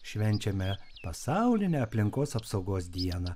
švenčiame pasaulinę aplinkos apsaugos dieną